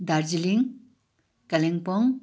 Darjeeling Kalimpong